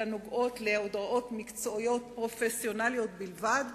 אלא נוגעות להצעות מקצועיות פרופסיונליות בלבד,